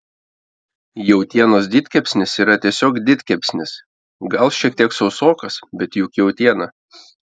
jautienos didkepsnis yra tiesiog didkepsnis gal šiek tiek sausokas bet juk jautiena